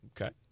Okay